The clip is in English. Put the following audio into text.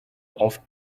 off